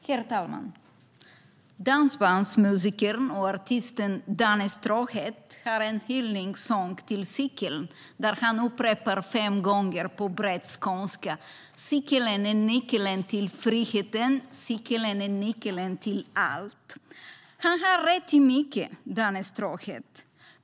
Herr talman! Dansbandsmusikern och artisten Danne Stråhed har skrivit en hyllningssång till cykeln där han upprepar fem gånger på bred skånska: Cykeln är nyckeln till friheten, cykeln är nyckeln till allt. Han har rätt i mycket, Danne Stråhed.